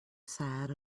sad